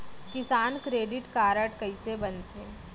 किसान credit card कइसे बनथे?